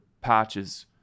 patches